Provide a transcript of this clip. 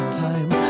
time